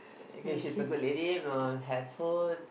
cause she's a good lady know helpful